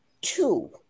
Two